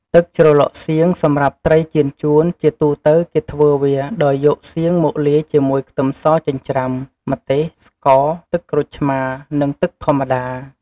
ទឹកជ្រលក់សៀងសម្រាប់ត្រីចៀនចួន ជាទូទៅគេធ្វើវា ដោយយកសៀងមកលាយជាមួយខ្ទឹមសចិញ្ច្រាំ ម្ទេស ស្ករ ទឹកក្រូចឆ្មារ និងទឹកធម្មតា។